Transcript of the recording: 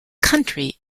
country